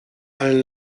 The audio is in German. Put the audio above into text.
allen